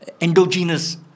endogenous